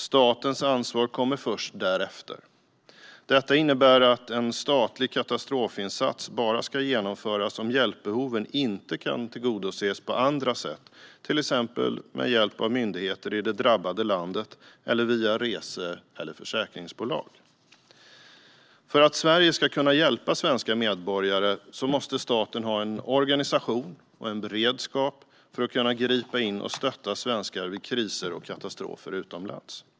Statens ansvar kommer först därefter. Detta innebär att en statlig katastrofinsats bara ska genomföras om hjälpbehoven inte kan tillgodoses på andra sätt, till exempel med hjälp av myndigheter i det drabbade landet eller via rese eller försäkringsbolag. För att Sverige ska kunna hjälpa svenska medborgare måste staten ha en organisation och en beredskap för att kunna gripa in och stötta svenskar vid kriser och katastrofer utomlands.